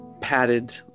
padded